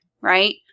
right